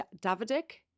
Davidic